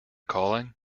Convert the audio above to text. calling